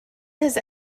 his